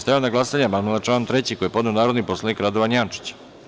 Stavljam na glasanje amandman na član 3. koji je podneo narodni poslanik Radovan Jančić.